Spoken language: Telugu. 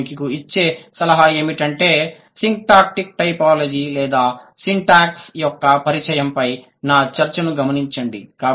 నేను మీకు ఇచ్చే సలహా ఏమిటంటే సింటాక్టిక్ టైపోలాజీ లేదా సింటాక్స్ యొక్క పరిచయంపై నా చర్చను గమనించండి